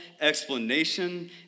explanation